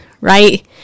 right